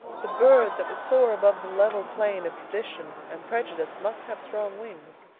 the bird that would soar above the level plain of tradition and prejudice must have strong wings.